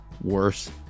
worse